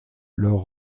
leur